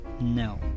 No